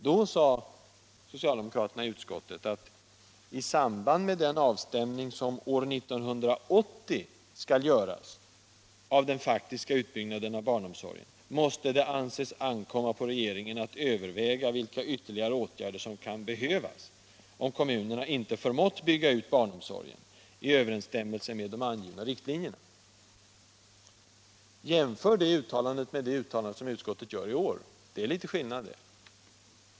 Då sade socialdemokraterna i utskottet att det ”i samband med den avstämning som år 1980 skall göras av den faktiska utbyggnadstakten i barnomsorgen måste anses ankomma på regeringen att överväga vilka ytterligare åtgärder som kan behövas om kommunerna inte förmått bygga ut barnomsorgen i överensstämmelse med de angivna riktlinjerna”. Jämför detta uttalande med utskottets uttalande i år. Det är faktiskt litet skillnad.